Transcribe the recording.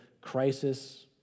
crisis